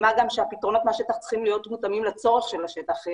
מה גם שהפתרונות מהשטח צריכים להיות מותאמים לצורך של השטח,